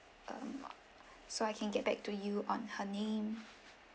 um so I can get back to you on her name